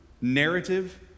narrative